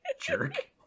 jerk